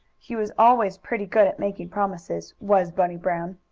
he was always pretty good at making promises, was bunny brown.